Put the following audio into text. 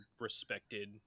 respected